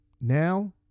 Now